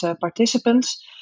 participants